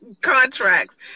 contracts